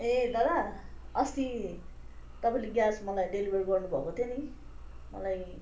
ए दादा अस्ति तपाईँले ग्यास मलाई डेलिभर गर्नु भएको थियो नि मलाई